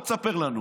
בוא תספר לנו.